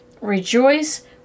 rejoice